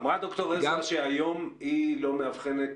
אמרה ד"ר עזרא שהיום היא לא מאבחנת